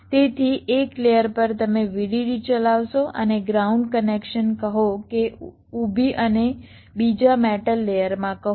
તેથી એક લેયર પર તમે VDD ચલાવશો અને ગ્રાઉન્ડ કનેક્શન કહો કે ઊભી અને બીજા મેટલ લેયરમાં કહો